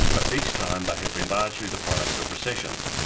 but each time they have been largely the product of recessions.